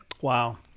Wow